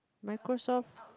Microsoft